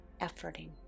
efforting